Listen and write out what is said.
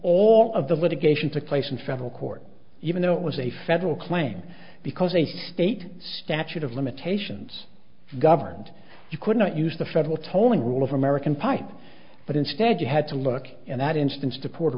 all of the litigation took place in federal court even though it was a federal claim because a state statute of limitations governed you could not use the federal tolling rule of american pie but instead you had to look in that instance to puerto